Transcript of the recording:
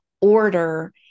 order